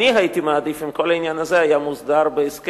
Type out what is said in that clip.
אני הייתי מעדיף אם כל העניין הזה היה מוסדר בהסכם,